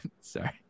sorry